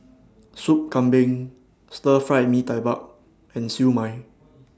Soup Kambing Stir Fried Mee Tai Mak and Siew Mai